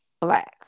black